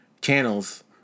channels